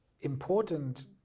important